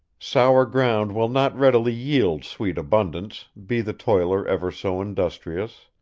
sour ground will not readily yield sweet abundance, be the toiler ever so industrious.